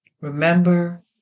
Remember